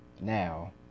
now